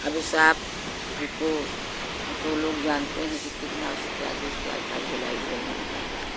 अभिशाप को तो लोग जानते हैं कि कितना उसके आगे क्या क्या झेलाई झेलना होता है